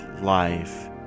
life